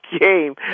Game